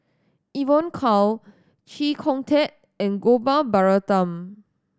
Evon Kow Chee Kong Tet and Gopal Baratham